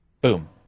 boom